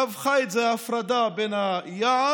קו חיץ זה ההפרדה בין היער